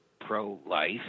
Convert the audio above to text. pro-life